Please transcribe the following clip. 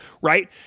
right